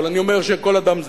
אבל אני אומר שכל אדם זהה.